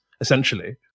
essentially